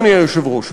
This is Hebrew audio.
אדוני היושב-ראש,